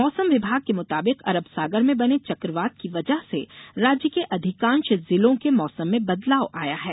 मौसम विभाग के मुताबिक अरब सागर में बने चकवात की वजह से राज्य के अधिकांश जिलों के मौसम में बदलाव आया है